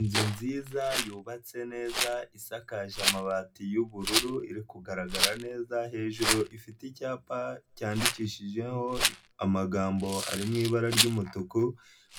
Inzu nziza, yubatse neza, isakaje amabati y'ubururu, iri kugaragara neza, hejuru ifite icyapa cyandikishijeho amagambo ari mu ibara ry'umutuku,